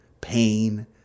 pain